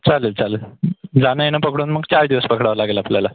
चालेल चालेल जाणं येणं पकडून मग चार दिवस पडकावं लागेल आपल्याला